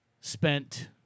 spent